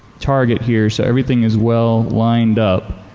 target here so everything is well lined up,